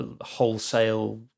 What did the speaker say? wholesale